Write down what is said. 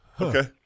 Okay